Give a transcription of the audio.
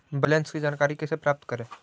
Balance की जानकारी कैसे प्राप्त करे?